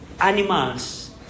animals